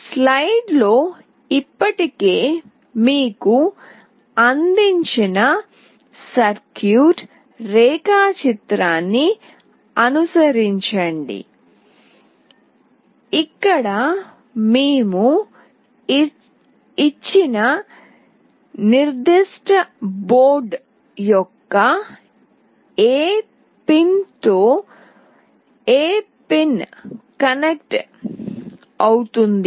స్లైడ్లో ఇప్పటికే మీకు అందించిన సర్క్యూట్ రేఖాచిత్రాన్ని అనుసరించండి ఇక్కడ మేము ఇచ్చిన నిర్దిష్ట బోర్డు యొక్క ఏ పిన్తో ఏ పిన్ కనెక్ట్ అవుతుంది